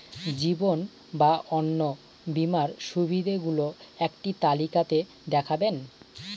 জীবন বা অন্ন বীমার সুবিধে গুলো একটি তালিকা তে দেখাবেন?